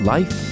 Life